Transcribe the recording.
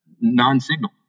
non-signal